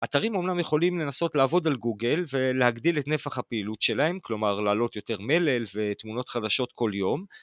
אתרים אומנם יכולים לנסות לעבוד על גוגל ולהגדיל את נפח הפעילות שלהם, כלומר, לעלות יותר מלל ותמונות חדשות כל יום.